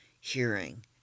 hearing